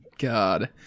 god